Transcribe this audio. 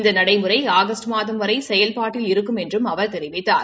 இந்த நடைமுறை ஆகஸ்ட் மாதம் வரை செயல்பாட்டில் இருக்கும் என்றம் அவர் தெரிவித்தார்